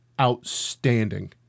outstanding